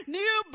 new